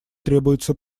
требуется